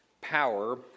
power